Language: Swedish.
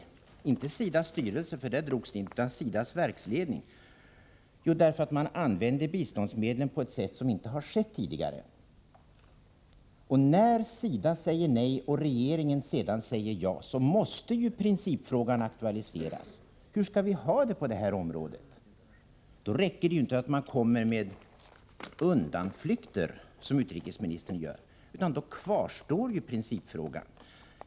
Det var inte SIDA:s styrelse, för där föredrogs inte ärendet, utan SIDA:s verksledning. Jo, man gjorde det därför att man använde biståndsmedlen på ett annat sätt än tidigare. När SIDA säger nej och regeringen sedan säger ja, måste ju principfrågan aktualiseras: Hur skall vi ha det på det här området? Då räcker det inte med att man kommer med undanflykter — som utrikesministern gör — utan då kvarstår principfrågan.